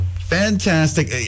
Fantastic